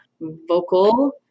vocal